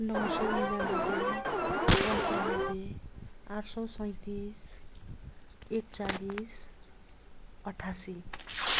नौ सय उनानब्बे पन्चानब्बे आठ सय सैँतिस एकचालिस अठासी